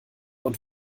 und